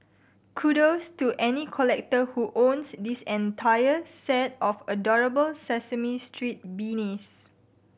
kudos to any collector who owns this entire set of adorable Sesame Street beanies